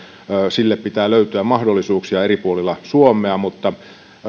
sille pitää löytyä mahdollisuuksia eri puolilla suomea mutta